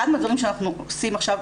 אחד מהדברים שאנחנו עושים עכשיו,